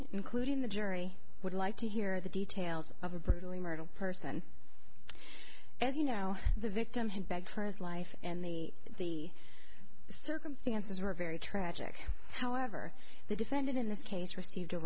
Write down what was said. including the jury would like to hear the details of a brutally murdered person as you know the victim had begged for his life and the circumstances were very tragic however the defendant in this case received a